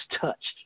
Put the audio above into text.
touched